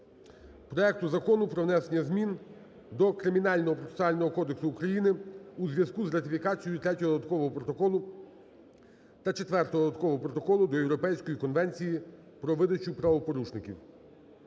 проекту Закону про внесення змін до Кримінального процесуального кодексу України у зв'язку з ратифікацією Третього додаткового протоколу та Четвертого додаткового протоколу до Європейської конвенції про видачу правопорушників.